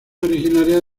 originaria